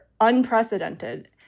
unprecedented